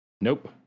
Nope